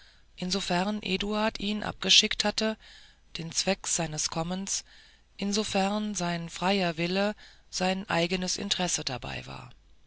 insofern eduard ihn abgeschickt hatte den zweck seines kommens insofern sein freier wille sein eigenes interesse dabei war